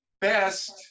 Best